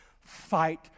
fight